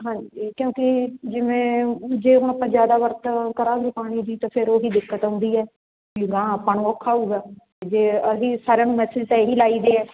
ਹਾਂਜੀ ਕਿਉਂਕਿ ਜਿਵੇਂ ਜੇ ਹੁਣ ਆਪਾਂ ਜ਼ਿਆਦਾ ਵਰਤੋਂ ਕਰਾਂਗੇ ਪਾਣੀ ਦੀ ਤਾਂ ਫਿਰ ਉਹ ਹੀ ਦਿੱਕਤ ਆਉਂਦੀ ਹੈ ਵੀ ਅਗਾਂਹ ਆਪਾਂ ਨੂੰ ਔਖਾ ਹੋਵੇਗਾ ਜੇ ਅਸੀਂ ਸਾਰਿਆਂ ਨੂੰ ਮੈਸੇਜ ਤਾਂ ਇਹ ਹੀ ਲਾਈਦੇ ਹੈ